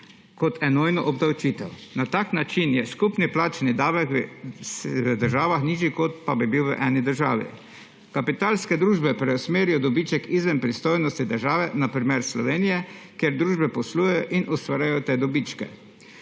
kot enojno obdavčitev. Na tak način je skupni plačni davek v državah nižji, kot bi bil v eni državi. Kapitalske družbe preusmerijo dobiček izven pristojnosti države, na primer Slovenije, kjer družbe poslujejo in ustvarjajo te dobičke.